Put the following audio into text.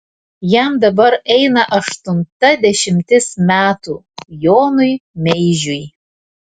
jam dabar eina aštunta dešimtis metų jonui meižiui